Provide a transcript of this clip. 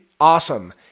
awesome